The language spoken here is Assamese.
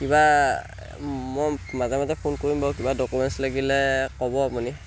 কিবা মই মাজে মাজে ফোন কৰিম বাৰু কিবা ডকুমেণ্টছ লাগিলে ক'ব আপুনি